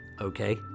Okay